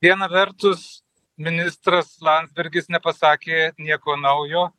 viena vertus ministras landsbergis nepasakė nieko naujo